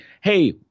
hey